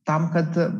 tam kad